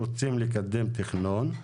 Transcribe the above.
רוצים לקדם תכנון,